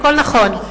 הכול נכון,